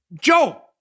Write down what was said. Joe